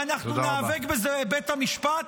ואנחנו ניאבק בזה בבית המשפט.